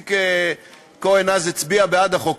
איציק כהן הצביע אז בעד החוק,